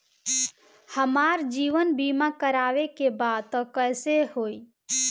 हमार जीवन बीमा करवावे के बा त कैसे होई?